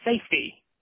safety